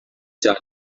cyane